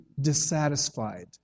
dissatisfied